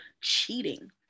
cheating